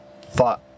thought